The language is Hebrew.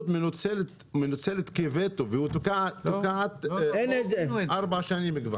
הרשות מנוצלת כווטו והיא תוקעת כבר ארבע שנים.